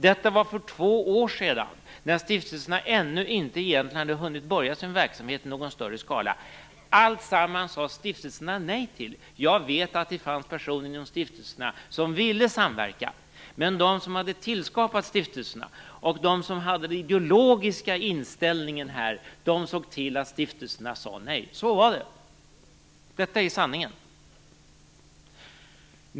Detta var för två år sedan, när stiftelserna ännu inte hade hunnit börja sin verksamhet i någon större skala. Stiftelserna sade nej till alltsamman. Jag vet att det fanns personer inom stiftelserna som ville samverka. Men de som hade tillskapat stiftelserna och som hade den ideologiska inställningen såg till att stiftelserna sade nej. Så var det. Detta är sanningen.